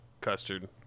Custard